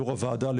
יו"ר הוועדה,